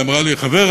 והיא אמרה לי: חבר,